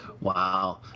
wow